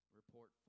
report